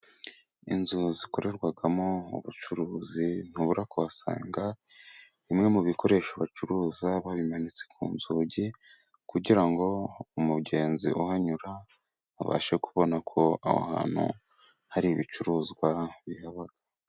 Inzu zikorerwamo ubucuruzi ntubura kuhasanga bimwe mu bikoresho bacuruza babimanitse ku nzugi, kugira ngo umugenzi uhanyura abashe kubonako aho hantu hari ibicuruzwa bihaba.